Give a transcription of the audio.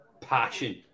passion